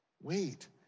wait